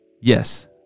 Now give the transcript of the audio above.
Yes